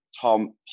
Tom